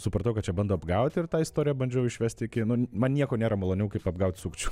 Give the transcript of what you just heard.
supratau kad čia bando apgaut ir tą istoriją bandžiau išvest iki nu man nieko nėra maloniau kaip apgaut sukčių